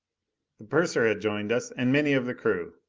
the purser had joined us and many of the crew.